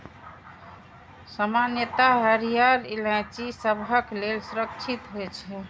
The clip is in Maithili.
सामान्यतः हरियर इलायची सबहक लेल सुरक्षित होइ छै